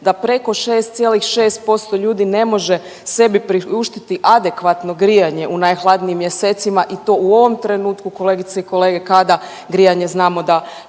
da preko 6,6 posto ljudi ne može sebi priuštiti adekvatno grijanje u najhladnijim mjesecima i to u ovom trenutku kolegice i kolege kada grijanje će možda